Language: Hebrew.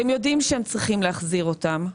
והם יודעים שהם צריכים להחזיר אותם,